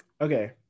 okay